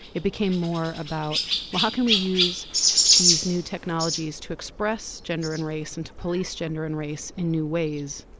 it became more about well how can we use these new technologies to express gender and race and to police gender and race in new ways.